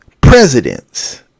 presidents